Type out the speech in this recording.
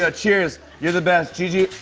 so cheers. you're the best, gigi.